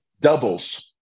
doubles